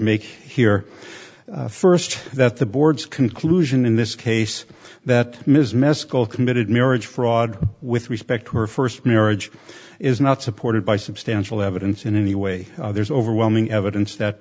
make here st that the board's conclusion in this case that ms mescal committed marriage fraud with respect to her st marriage is not supported by substantial evidence in any way there's overwhelming evidence that